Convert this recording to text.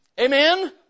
Amen